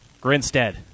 Grinstead